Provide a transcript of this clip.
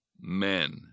men